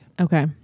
Okay